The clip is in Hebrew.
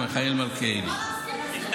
מיכאל מלכיאלי.